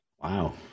Wow